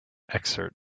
excerpt